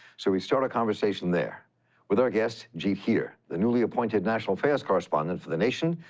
so, we start a conversation there with our guest, jeet heer the newly-appointed national affairs correspondent for the nation,